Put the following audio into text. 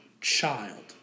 child